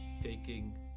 taking